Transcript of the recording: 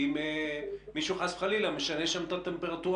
אם מישהו חס וחלילה משנה שם את הטמפרטורה